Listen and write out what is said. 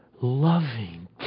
loving